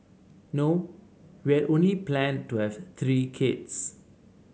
no we had only planned to have three kids